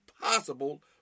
possible